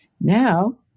Now